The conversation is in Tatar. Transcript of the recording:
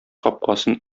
капкасын